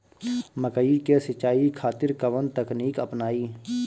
मकई के सिंचाई खातिर कवन तकनीक अपनाई?